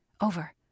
over